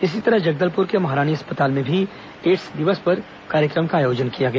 इसी तरह जगदलपुर के महारानी अस्पताल में भी एड्स दिवस पर कार्यक्रम का आयोजन किया गया